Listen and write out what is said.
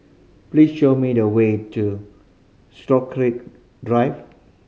please show me the way to Stokesay Drive